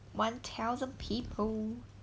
one thousand people